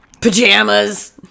pajamas